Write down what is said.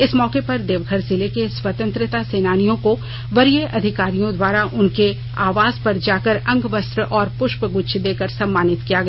इस मौके पर देवघर जिले के स्वतंत्रता सेनानियों को वरीय अधिकारियों द्वारा उनके आवास पर जाकर अंग वस्त्र और पृष्प गुच्छ देकर सम्मानित किया गया